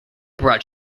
brought